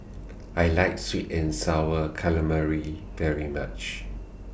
I like Sweet and Sour Calamari very much